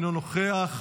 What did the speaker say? אינו נוכח,